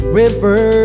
river